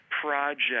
project